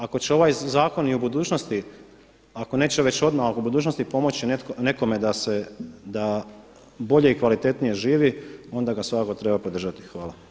Ako će ovaj zakon i u budućnosti, ako neće već odmah, oko budućnosti pomoći nekome da bolje i kvalitetnije živi onda ga svakako treba podržati.